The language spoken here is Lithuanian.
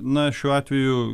na šiuo atveju